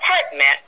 apartment